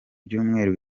byumweru